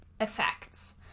effects